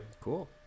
Cool